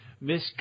Miss